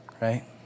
right